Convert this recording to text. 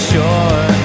sure